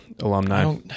alumni